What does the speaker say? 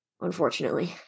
unfortunately